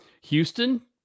Houston